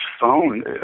phone